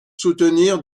soutenir